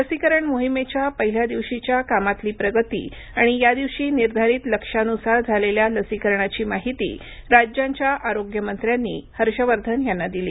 लसीकरण मोहिमेच्या पहिल्या दिवशीच्या कामातली प्रगती आणि यादिवशी निर्धारित लक्ष्यानुसार झालेल्या लसीकरणाची माहिती राज्यांच्या आरोग्यमंत्र्यांनी हर्षवर्धन यांना दिली